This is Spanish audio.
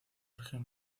región